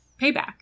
payback